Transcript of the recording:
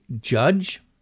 judge